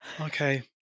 okay